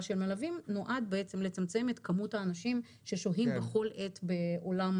של מלווים נועד לצמצם את כמות האנשים ששוהים בכל עת באולם